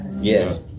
yes